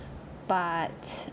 but